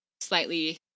slightly